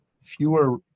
fewer